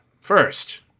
first